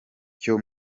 cyo